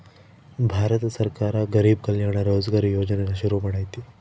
ಭಾರತ ಸರ್ಕಾರ ಗರಿಬ್ ಕಲ್ಯಾಣ ರೋಜ್ಗರ್ ಯೋಜನೆನ ಶುರು ಮಾಡೈತೀ